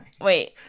Wait